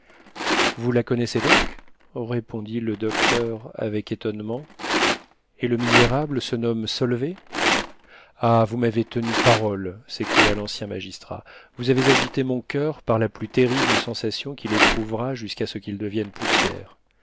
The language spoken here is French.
vous la connaissez donc répondit le docteur avec étonnement et le misérable se nomme solvet ah vous m'avez tenu parole s'écria l'ancien magistrat vous avez agité mon coeur par la plus terrible sensation qu'il éprouvera jusqu'à ce qu'il devienne poussière